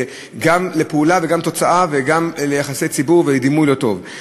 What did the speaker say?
גם לפעולה וגם לתוצאה וגם ליחסי ציבור ולדימוי לא טוב.